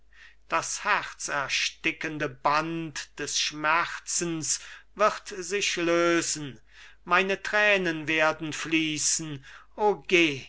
das herzerstickende band des schmerzens wird sich lösen meine tränen werden fließen o